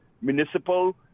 municipal